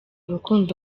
rukundo